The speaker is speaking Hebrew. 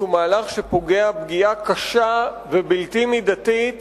הוא מהלך שפוגע פגיעה קשה ובלתי מידתית